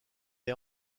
est